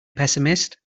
pessimist